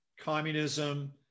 communism